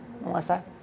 Melissa